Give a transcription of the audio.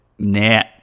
Nah